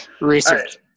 Research